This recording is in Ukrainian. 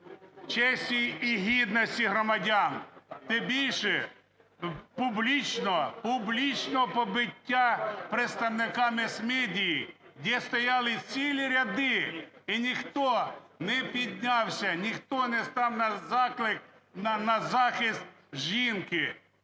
честі і гідності громадян. Тим більше публічне, публічне побиття представника мас-медіа, де стояли цілі ряди, і ніхто не піднявся, ніхто не став на захист жінки.